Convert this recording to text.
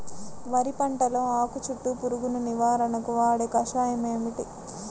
వరి పంటలో ఆకు చుట్టూ పురుగును నివారణకు వాడే కషాయం ఏమిటి?